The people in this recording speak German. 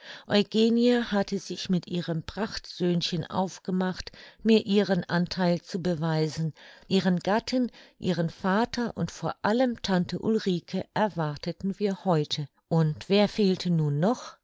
eugenie hatte sich mit ihrem prachtsöhnchen aufgemacht mir ihren antheil zu beweisen ihren gatten ihren vater und vor allem tante ulrike erwarteten wir heute und wer fehlte nun noch